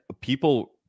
people